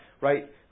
right